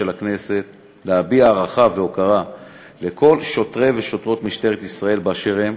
הכנסת להביע הערכה והוקרה לכל שוטרי ושוטרות משטרת ישראל באשר הם,